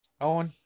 Owen